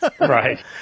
Right